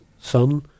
son